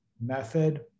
method